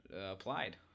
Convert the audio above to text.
applied